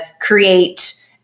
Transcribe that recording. create